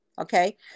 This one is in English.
okay